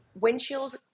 windshield